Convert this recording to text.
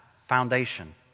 foundation